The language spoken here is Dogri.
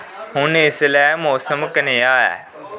हून इसलै मौसम कनेहा ऐ